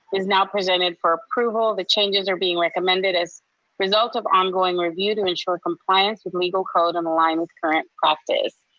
is now presented for approval. the changes are being recommended as result of ongoing review to ensure compliance with legal code on the line with current practice.